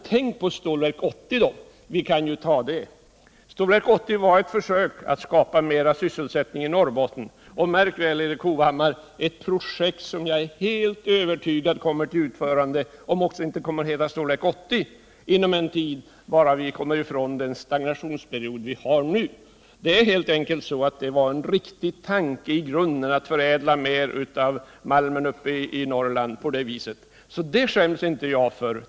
Tänk på Stålverk 80, säger Erik Hovhammar. Stålverk 80 var ett försök att skapa mer sysselsättning i Norrbotten och, märk väl, Erik Hovhammar, ett projekt som jag är helt övertygad om kommer till utförande — om än inte heh i dess ursprungliga form — bara vi kommer ifrån den nuvarande stagnationsperioden. Det var en i grunden riktig tanke att förädla mer av malmen i Norrland. Det är inte något som jag skäms för.